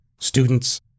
students